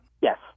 Yes